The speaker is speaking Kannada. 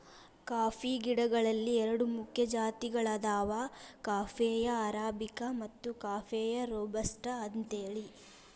ಕಾಫಿ ಗಿಡಗಳಲ್ಲಿ ಎರಡು ಮುಖ್ಯ ಜಾತಿಗಳದಾವ ಕಾಫೇಯ ಅರಾಬಿಕ ಮತ್ತು ಕಾಫೇಯ ರೋಬಸ್ಟ ಅಂತೇಳಿ